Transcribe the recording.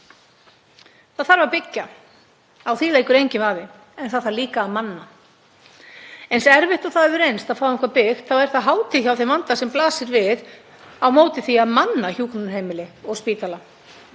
Það þarf að byggja. Á því leikur enginn vafi. En það þarf líka að manna. Eins erfitt og hefur reynst að fá eitthvað byggt þá er það hátíð hjá þeim vanda sem blasir við á móti því að manna hjúkrunarheimili og spítala.